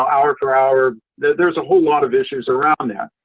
hour for hour. there's a whole lot of issues around that.